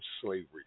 slavery